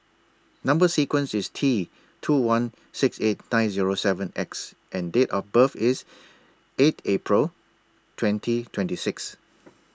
Number sequence IS T two one six eight nine Zero seven X and Date of birth IS eight April twenty twenty six